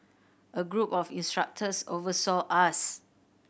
a group of instructors oversaw us